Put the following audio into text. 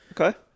Okay